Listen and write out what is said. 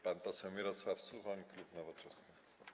Pan poseł Mirosław Suchoń, klub Nowoczesna.